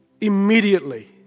Immediately